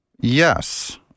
Yes